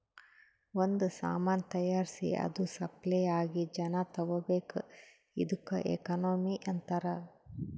ಒಂದ್ ಸಾಮಾನ್ ತೈಯಾರ್ಸಿ ಅದು ಸಪ್ಲೈ ಆಗಿ ಜನಾ ತಗೋಬೇಕ್ ಇದ್ದುಕ್ ಎಕನಾಮಿ ಅಂತಾರ್